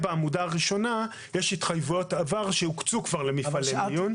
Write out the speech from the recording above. יש התחייבויות עבר שהוקצו כבר למפעלי מיון.